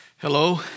Hello